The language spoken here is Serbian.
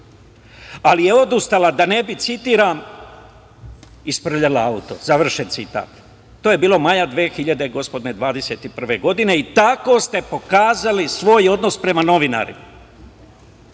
ali je odustala da ne bi, citiram, isprljala auto? Završen citat. To je bilo maja gospodnje 2021. godine. Tako ste pokazali svoj odnos prema novinarima.